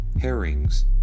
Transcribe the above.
herrings